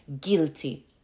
guilty